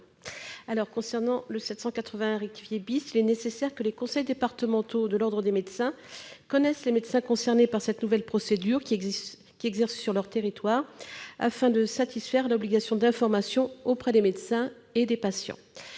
l'amendement n° 781 rectifié, il est nécessaire que les conseils départementaux de l'ordre des médecins connaissent les médecins concernés par cette nouvelle procédure et qui exercent sur leur territoire, afin de satisfaire à l'obligation d'information auprès des médecins et des patients.